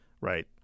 right